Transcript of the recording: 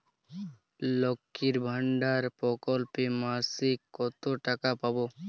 লক্ষ্মীর ভান্ডার প্রকল্পে মাসিক কত টাকা পাব?